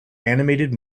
animated